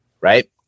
right